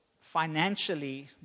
financially